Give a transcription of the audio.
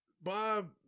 Bob